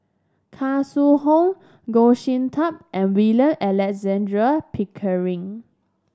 Khoo Sui Hoe Goh Sin Tub and William Alexander Pickering